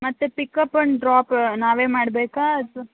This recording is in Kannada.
ಮತ್ತೆ ಪಿಕಪ್ ಆ್ಯಂಡ್ ಡ್ರಾಪ್ ನಾವೇ ಮಾಡಬೇಕಾ ಅಥವಾ